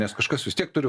nes kažkas vis tiek turi